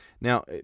Now